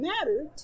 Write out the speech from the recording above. mattered